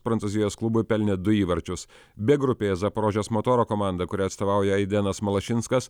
prancūzijos klubui pelnė du įvarčius b grupėje zaporožės motoro komanda kuriai atstovauja aidenas malašinskas